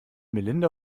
melinda